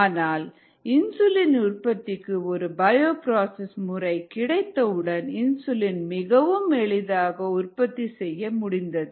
ஆனால் இன்சுலின் உற்பத்திக்கு ஒரு பயோப்ராசஸ் முறை கிடைத்தவுடன் இன்சுலின் மிகவும் எளிதாக உற்பத்தி செய்ய முடிந்தது